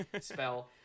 spell